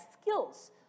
skills